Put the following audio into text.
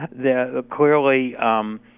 clearly